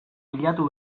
bilatu